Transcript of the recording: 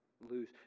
lose